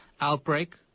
outbreak